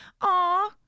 aw